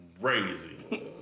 crazy